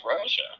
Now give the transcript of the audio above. Russia